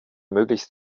möglichst